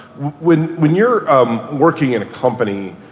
when when you're working in a company,